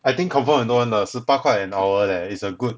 I think confirm 很多人的十八块 an hour leh is a good